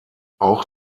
auch